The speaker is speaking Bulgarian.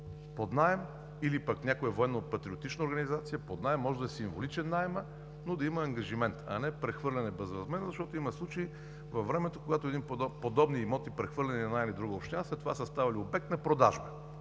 под наем или пък някоя военно-патриотична организация под наем. Може да е символичен наемът, но да има ангажимент, а не безвъзмездно прехвърляне, защото има случаи във времето, когато подобни имоти, прехвърляни на една или друга община, след това са ставали обект на продажба.